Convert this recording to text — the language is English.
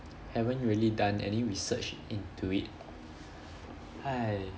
haven't really done any research into it !hais!